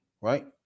Right